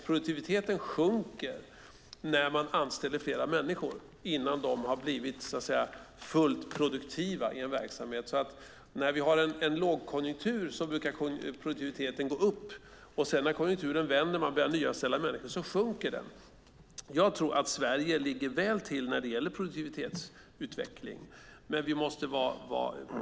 Produktiviteten sjunker när man anställer fler människor, innan de har blivit fullt produktiva i en verksamhet. När vi har en lågkonjunktur brukar produktiviteten gå upp och när konjunkturen sedan vänder och man börjar nyanställa människor sjunker den. Jag tror att Sverige ligger väl till när det gäller produktivitetsutveckling.